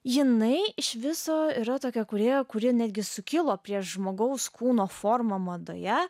žinai iš viso yra tokių kūrėjų kurie netgi sukilo prieš žmogaus kūno formą madoje